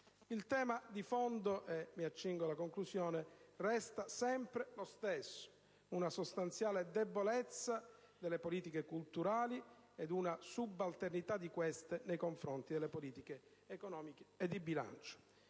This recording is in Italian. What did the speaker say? Il tema di fondo resta sempre lo stesso: una sostanziale debolezza delle politiche culturali e una subalternità di queste nei confronti delle politiche economiche e di bilancio.